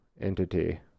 entity